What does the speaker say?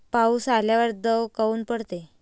पाऊस आल्यावर दव काऊन पडते?